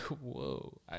Whoa